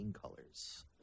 Colors